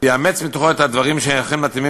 ויאמץ מתוכו את הדברים שאכן מתאימים